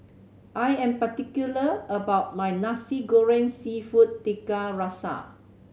I am particular about my Nasi Goreng Seafood Tiga Rasa